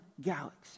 galaxy